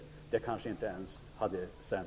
Det hade kanske inte ens sänts i väg.